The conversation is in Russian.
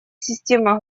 системы